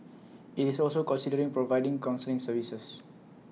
IT is also considering providing counselling services